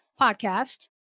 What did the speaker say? podcast